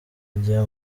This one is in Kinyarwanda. ajya